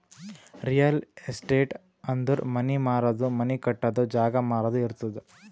real estate ಅಂದುರ್ money ಮಾರದು, money ಕಟ್ಟದು, ಜಾಗ ಮಾರಾದು ಇರ್ತುದ್